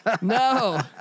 No